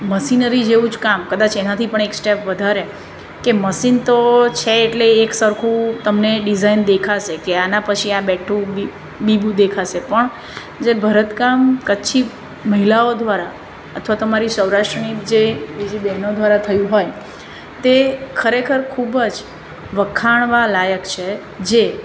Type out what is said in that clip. machinery જેવું જ કામ કદાચ એનાથી પણ એક સ્ટેપ વધારે કે મશીન તો છે એટલે એકસરખું તમને ડિઝાઇન દેખાશે કે આના પછી આ બેઠું બી બીબું દેખાશે પણ જે ભરતકામ કચ્છી મહિલાઓ દ્વારા અથવા તો અમારી સૌરાષ્ટ્રની જે બીજી બેનો દ્વારા થયું હોય તે ખરેખર ખૂબ જ વખાણવાલાયક છે જે